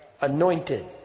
anointed